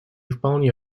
вполне